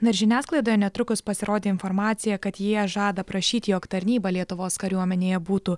na ir žiniasklaidoje netrukus pasirodė informacija kad jie žada prašyti jog tarnyba lietuvos kariuomenėje būtų